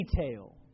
detail